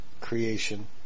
creation